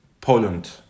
Poland